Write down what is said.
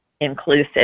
inclusive